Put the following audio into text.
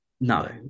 No